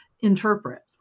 interpret